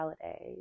holidays